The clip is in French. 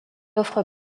offre